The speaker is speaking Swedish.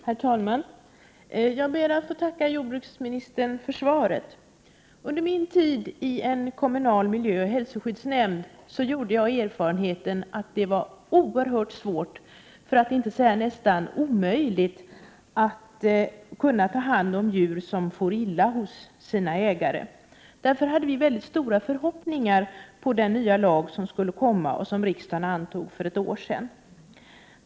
Herr talman! Jag ber att få tacka jordbruksministern för svaret. Under min tid i en kommunal miljö, i en hälsoskyddsnämnd, gjorde jag erfarenheten att det var oerhört svårt, för att inte säga nästan omöjligt, att ta hand om djur som far illa hos sina ägare. Därför hade jag mycket stora förhoppningar på den nya lag som riksdagen antog för ett år sedan.